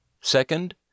Second